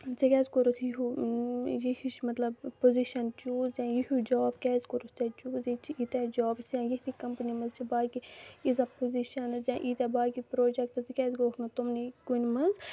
ژےٚ کیازِ کوٚرُتھ یہِ ہیٚو یہِ ہِش مطلب پُوٚزِشن چوٗز یا یِہو جاب کیازِ کوٚرُتھ چوٗز ییٚتہِ چھِ ییٚتہہ چابٕز یا ییٚتھۍ کَمپٔنۍ منٛز چھِ باقٕے یِژا پُوٚزِشَنٕز یا ییٚتہہ باقٕے پروجیکٹٕس ژٕ کیازِ گوٚوُکھ نہٕ تِمنٕے کُنہِ منٛز